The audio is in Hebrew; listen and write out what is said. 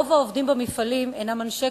רוב העובדים במפעלים הינם אנשים קשי-יום,